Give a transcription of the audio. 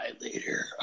later